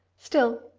still,